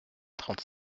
trente